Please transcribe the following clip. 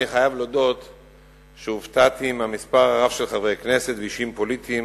אני חייב להודות שהופתעתי מהמספר הרב של חברי כנסת ואישים פוליטיים,